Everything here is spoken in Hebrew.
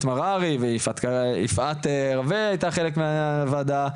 מררי ויפעת רווה שהייתה חלק מהוועדה,